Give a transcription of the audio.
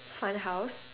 fun house